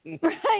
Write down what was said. Right